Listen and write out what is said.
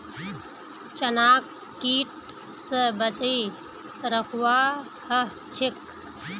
चनाक कीट स बचई रखवा ह छेक